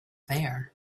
there